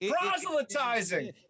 Proselytizing